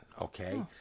okay